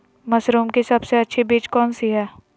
Mushroom की सबसे अच्छी बीज कौन सी है?